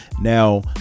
now